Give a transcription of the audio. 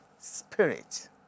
spirit